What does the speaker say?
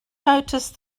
notice